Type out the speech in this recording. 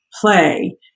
play